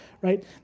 right